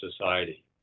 society